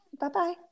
bye-bye